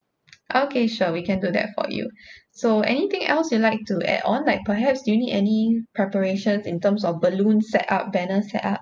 okay sure we can do that for you so anything else you'd like to add on like perhaps do you need any preparations in terms of balloon set up banner set up